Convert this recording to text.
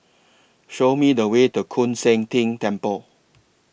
Show Me The Way to Koon Seng Ting Temple